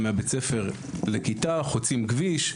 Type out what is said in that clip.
אני יכול לומר באופן אישי שחלק מהתושבים שם דיברו איתי,